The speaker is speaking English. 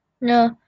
No